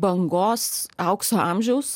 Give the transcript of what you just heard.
bangos aukso amžiaus